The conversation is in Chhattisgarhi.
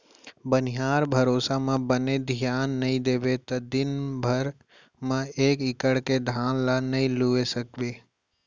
बनिहार भरोसा म बने धियान नइ देबे त दिन भर म एक एकड़ के धान ल नइ लूए सकें